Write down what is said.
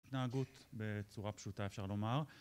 התנהגות בצורה פשוטה אפשר לומר